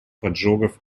поджогов